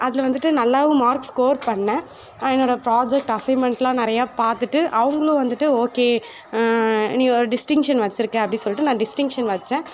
அதில் வந்துட்டு நல்லாவும் மார்க் ஸ்கோர் பண்ணேன் என்னோடய ப்ராஜெக்ட் அசைன்மெண்ட்லாம் நிறையா பார்த்துட்டு அவங்களும் வந்துட்டு ஓகே நீ ஒரு டிஸ்டிங்ஷன் வச்சிருக்க அப்படின்னு சொல்லிட்டு நான் டிஸ்டிங்ஷன் வச்சேன்